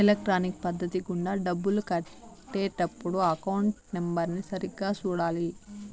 electronic పద్ధతి గుండా డబ్బులు కట్టే టప్పుడు అకౌంట్ నెంబర్ని సరిగ్గా సూడాలి